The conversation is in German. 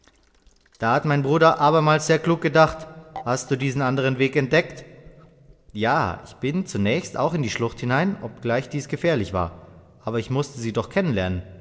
da hat mein bruder abermals sehr klug gedacht hast du diesen andern weg entdeckt ja ich bin zunächst auch in die schlucht hinein obgleich dies gefährlich war aber ich mußte sie doch